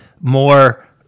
more